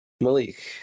Malik